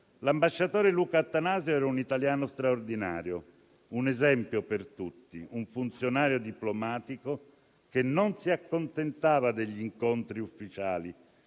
L'ambasciatore Luca Attanasio ero un italiano straordinario, un esempio per tutti, un funzionario diplomatico che non si accontentava degli incontri ufficiali,